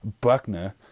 Buckner